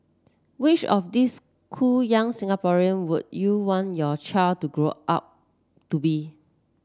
which of these cool young Singaporean would you want your child to grow up to be